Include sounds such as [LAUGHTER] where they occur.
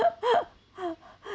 [LAUGHS]